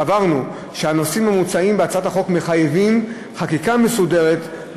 סברנו שהנושאים המוצעים בהצעת החוק מחייבים חקיקה מסודרת,